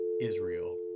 Israel